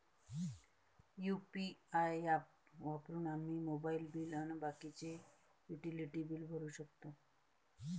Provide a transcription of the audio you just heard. UPI app वापरून आम्ही mobile bill अन बाकीचे युटिलिटी बिल भरू शकतो